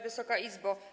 Wysoka Izbo!